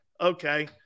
Okay